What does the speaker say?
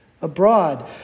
abroad